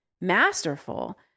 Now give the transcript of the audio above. masterful